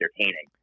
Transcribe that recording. entertaining